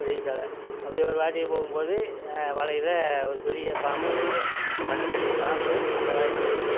விடியகாலை அப்படியே ஒருவாட்டி போகும்போது வலையில் ஒரு பெரிய பாம்பு ஒரு பன்னெரெண்டு அடி பாம்பு அந்த வலையில் விழுந்துடுச்சி